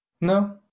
no